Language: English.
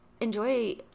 enjoy